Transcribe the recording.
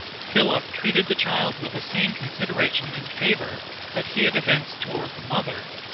philip treated the child with the same consideration and favor that he had evinced toward the mother.